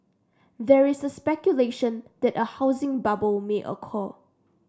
there is speculation that a housing bubble may occur